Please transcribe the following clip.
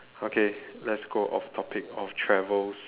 okay let's go of topic of travels